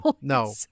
no